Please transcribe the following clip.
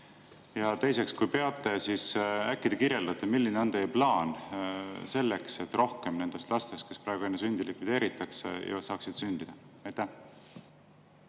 Teiseks, kui peate, siis äkki te kirjeldate, milline on teie plaan selleks, et rohkem nendest lastest, kes praegu enne sündi likvideeritakse, saaksid sündida? Suur